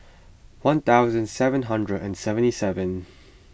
one thousand seven hundred and seventy seven